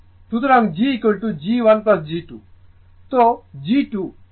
সুতরাং gg 1 g 2 সুতরাং g 2